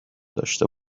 داشته